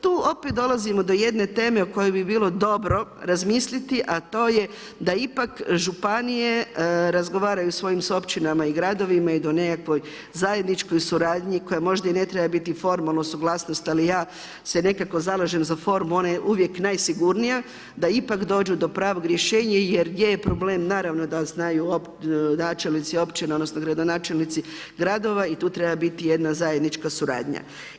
Tu opet dolazimo do jedne teme o kojoj bi bilo dobro razmisliti, a to je da ipak županije, razgovaraju sa svojim općinama i gradovima i da u nekakvoj zajedničkoj suradnji, koja možda ne treba biti formalna suglasnost, ali ja se nekako zalažem za formu, ona je uvijek najsigurnija, da ipak dođu do pravog rješenja jer gdje je problem, naravno da znaju načelnici općina, odnosno, gradonačelnici gradova i tu treba biti jedna zajednička suradnja.